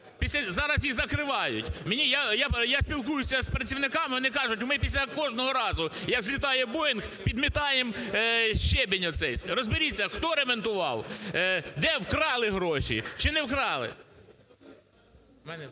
Зараз їх закривають. Мені… я спілкуюся з працівниками, вони кажуть, ми після кожного разу, як злітає "Боїнг", підмітаємо щебінь оцей. Розберіться, хто ремонтував, де вкрали гроші чи не вкрали.